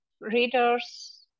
readers